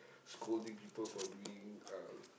scolding people for doing uh